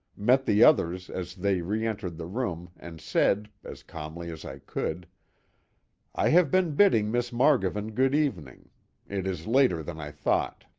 met the others as they reentered the room and said, as calmly as i could i have been bidding miss margovan good evening it is later than i thought.